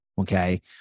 Okay